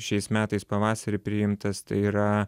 šiais metais pavasarį priimtas tai yra